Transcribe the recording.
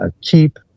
keep